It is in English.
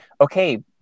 Okay